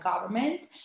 government